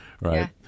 Right